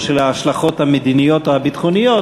או של ההשלכות המדיניות או הביטחוניות,